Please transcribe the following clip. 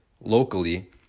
locally